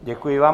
Děkuji vám.